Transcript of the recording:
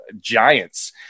giants